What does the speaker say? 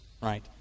right